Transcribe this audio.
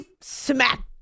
smack